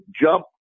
jump